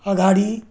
अगाडि